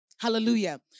Hallelujah